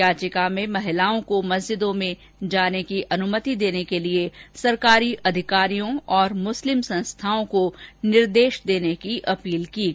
याचिका में महिलाओं को मस्जिदों में जाने की अनुमति देने के लिए सरकारी अधिकारियों और मुस्लिम संस्थाओं को निर्देश देने की अपील की गई है